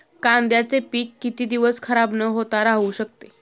कांद्याचे पीक किती दिवस खराब न होता राहू शकते?